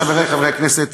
חברי חברי הכנסת,